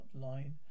line